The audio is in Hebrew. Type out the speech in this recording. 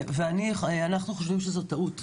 אנחנו חושבים שזאת טעות.